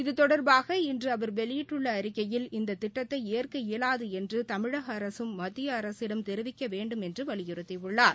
இதுதொடர்பாக இன்று அவர் வெளியிட்டுள்ள அறிக்கையில் இந்த திட்டத்தை ஏற்க இயலாது என்று தமிழக அரசும் மத்திய அரசிடம் தெரிவிக்க வேண்டும் என்று வலியுறுத்தியுள்ளார்